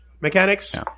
mechanics